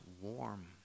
warm